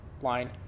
line